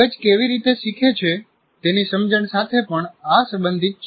મગજ કેવી રીતે શીખે છે તેની સમજણ સાથે પણ આ સંબંધિત છે